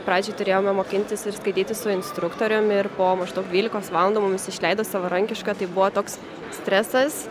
pradžiai turėjome mokintis ir skraidyti su instruktoriumi ir po maždaug dvylikos valandų mumis išleido savarankišką tai buvo toks stresas